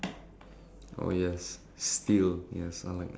and go off guilt free